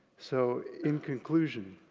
so in conclusion,